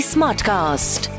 Smartcast